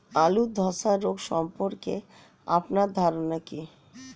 আলু ধ্বসা রোগ সম্পর্কে আপনার ধারনা কী?